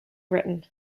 written